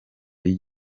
y’iki